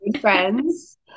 friends